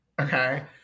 Okay